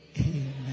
Amen